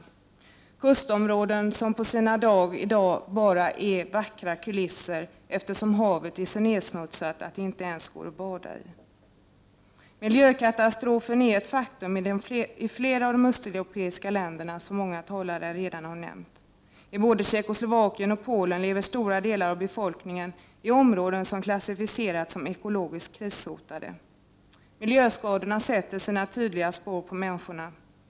Det gäller kustområden som i dag på sina ställen endast är en vacker kuliss, eftersom havet är så nedsmutsat att det inte ens går att bada i. Miljökatastrofen är ett faktum i flera av de östeuropeiska länderna, som många talare redan har nämnt. I både Tjeckoslovakien och Polen lever stora delar av befolkningen i områden som har klassificerats som ekologiskt krishotade. Miljöskadorna sätter sina tydliga spår på människorna.